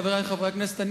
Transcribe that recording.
חברי חברי הכנסת,